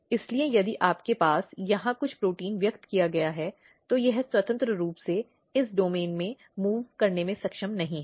इसलिए यदि आपके पास यहां कुछ प्रोटीन व्यक्त किया गया है तो यह स्वतंत्र रूप से इस डोमेन में मूव़ करने में सक्षम नहीं है